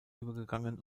übergegangen